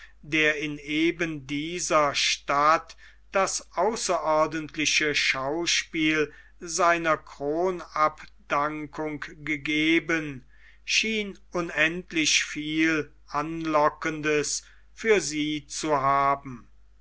der in eben dieser stadt das außerordentliche schauspiel seiner kronabdankung gegeben schien unendlich viel anlockendes für sie zu haben